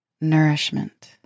Nourishment